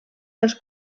dels